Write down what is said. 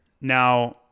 Now